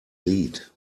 lied